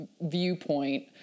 viewpoint